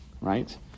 right